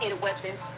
weapons